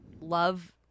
love